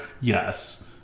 Yes